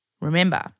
Remember